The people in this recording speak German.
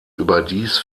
überdies